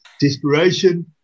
desperation